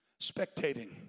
spectating